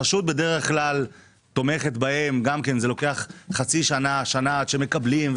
הרשות בדרך כלל תומכת בהם למרות שגם זה לוקח חצי שנה-שנה עד שמקבלים.